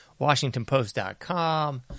WashingtonPost.com